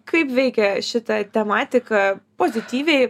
kaip veikia šita tematika pozityviai